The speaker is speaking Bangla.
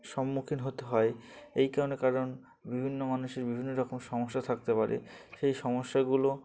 সম্মুখীন হতে হয় এই কারণে কারণ বিভিন্ন মানুষের বিভিন্ন রকম সমস্যা থাকতে পারে সেই সমস্যাগুলো